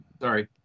Sorry